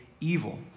evil